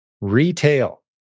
retail